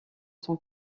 son